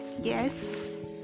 yes